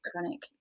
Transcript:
chronic